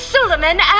Suleiman